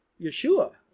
Yeshua